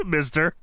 Mister